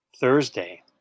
Thursday